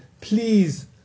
please